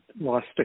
lost